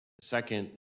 Second